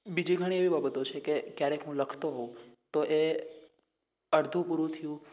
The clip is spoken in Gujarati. બીજી ઘણી એવી બાબતો છેકે ક્યારેક હું લખતો હોઉં તો એ અડધું પૂરું થ્યું